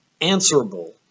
answerable